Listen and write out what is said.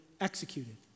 executed